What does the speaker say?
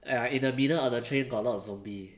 ya in the middle of the train got lot of zombie